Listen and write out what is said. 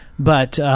but